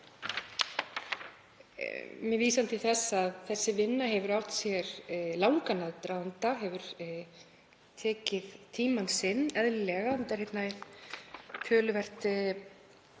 Með vísan til þess að þessi vinna hefur átt sér langan aðdraganda, hefur tekið tímann sinn, eðlilega, enda er hér töluvert